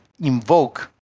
invoke